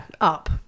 up